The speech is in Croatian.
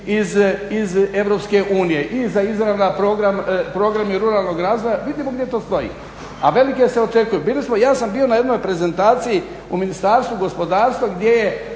iz Europske unije i za izrada programi ruralnog razvoja vidimo gdje to stoji, a velike se očekuju. Ja sam bio na jednoj prezentaciji u Ministarstvu gospodarstva gdje je